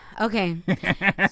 Okay